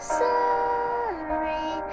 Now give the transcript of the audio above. sorry